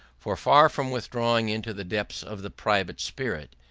for far from withdrawing into the depths of the private spirit,